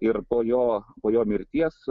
ir po jo po jo mirties